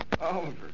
Oliver